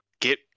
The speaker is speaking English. get